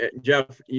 Jeff